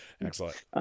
Excellent